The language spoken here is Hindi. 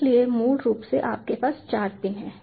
इसलिए मूल रूप से आपके पास चार पिन हैं